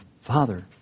Father